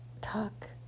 talk